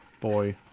Boy